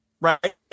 Right